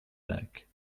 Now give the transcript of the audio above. back